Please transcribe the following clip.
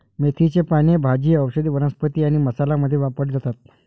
मेथीची पाने भाजी, औषधी वनस्पती आणि मसाला मध्ये वापरली जातात